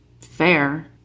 Fair